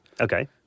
Okay